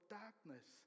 darkness